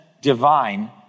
divine